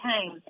time